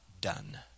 done